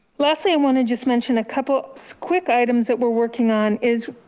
lastly, i want to just mentioned a couple quick items that we're working on is,